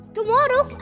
Tomorrow